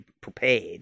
prepared